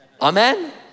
Amen